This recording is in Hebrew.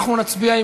אנחנו נצביע,